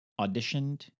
auditioned